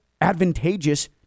advantageous